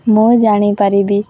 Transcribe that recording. ମୁଁ ଜାଣିପାରିବି